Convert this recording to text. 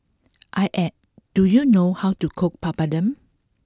I at do you know how to cook Papadum